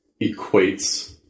equates